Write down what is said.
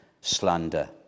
slander